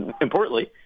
importantly